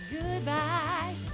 Goodbye